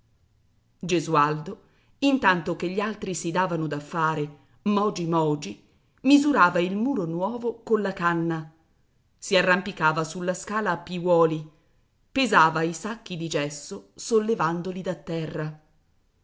gesualdo intanto che gli altri si davano da fare mogi mogi misurava il muro nuovo colla canna si arrampicava sulla scala a piuoli pesava i sacchi di gesso sollevandoli da terra